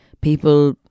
people